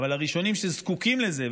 אבל הראשונים שזקוקים לזה,